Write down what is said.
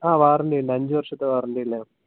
ആ വാറണ്ടിയുണ്ട് അഞ്ച് വർഷത്തെ വാറണ്ടിയുണ്ട്